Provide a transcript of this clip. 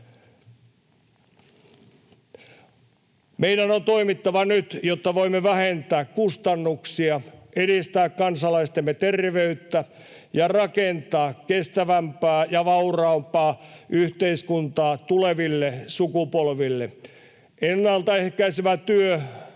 Meidän on toimittava nyt, jotta voimme vähentää kustannuksia, edistää kansalaistemme terveyttä ja rakentaa kestävämpää ja vauraampaa yhteiskuntaa tuleville sukupolville. Ennaltaehkäisevä työ